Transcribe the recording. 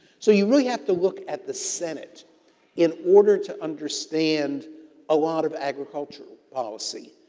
so, you really have to look at the senate in order to understand a lot of agricultural policy.